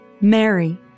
Mary